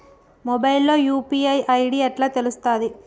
Mobile లో UPI ID ఎట్లా తెలుస్తది?